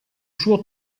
suo